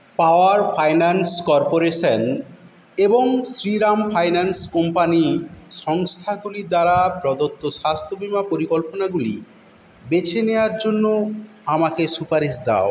পাওয়ার finance corporation এবং Shriram finance company সংস্থাগুলি দ্বারা প্রদত্ত স্বাস্থ্য বিমা পরিকল্পনাগুলি বেছে নেওয়ার জন্য আমাকে সুপারিশ দাও